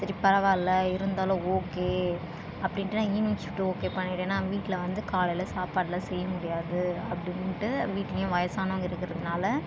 சரி பரவாயில்லை இருந்தாலும் ஓகே அப்படின்ட்டு நான் ஈவினிங் ஷிஃப்ட் ஓகே பண்ணிட்டு ஏன்னா வீட்டில் வந்து காலையில் சாப்பாடெலாம் செய்யமுடியாது அப்படின்ட்டு வீட்டிலையும் வயசானவங்கள் இருக்கிறதுனால